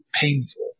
painful